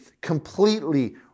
completely